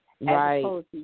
right